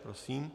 Prosím.